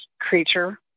creature